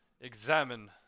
examine